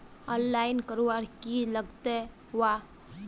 Online करवार की लगते वा?